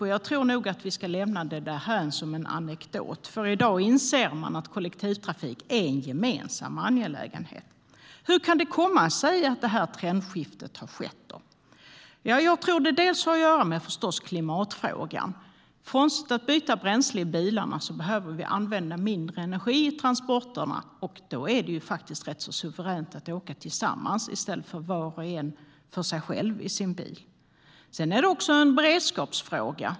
Och jag tror att vi ska lämna den därhän, som en anekdot. I dag inser man att kollektivtrafik är en gemensam angelägenhet. Hur kan det komma sig att trendskiftet har skett? Det har förstås med klimatfrågan att göra. Frånsett att byta bränsle i bilarna behöver vi använda mindre energi i transporterna. Då är det faktiskt ganska suveränt att åka tillsammans i stället för var och en för sig i sin bil. Sedan är det också en beredskapsfråga.